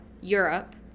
Europe